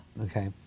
Okay